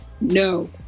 no